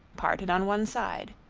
parted on one side.